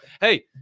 hey